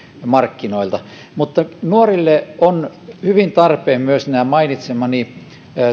markkinoilla mutta nuorille ovat hyvin tarpeen myös nämä mainitsemani